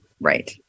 right